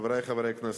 חברי חברי הכנסת,